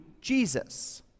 Jesus